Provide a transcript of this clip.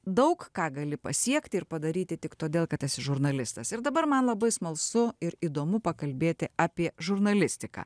daug ką gali pasiekti ir padaryti tik todėl kad esi žurnalistas ir dabar man labai smalsu ir įdomu pakalbėti apie žurnalistiką